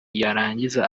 yarangiza